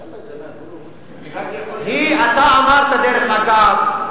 אני רק יכול, אתה אמרת, דרך אגב,